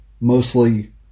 mostly